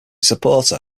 supporter